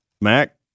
Mac